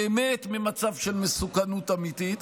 באמת במצב של מסוכנות אמיתית,